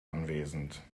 anwesend